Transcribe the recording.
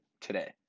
today